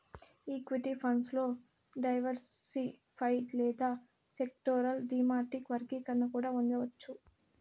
equity funds లో diversified లేదా sectoral, thematic వర్గీకరణ కూడా ఉండవచ్చు